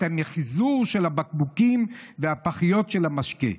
המִחזור של הבקבוקים והפחיות של המשקה.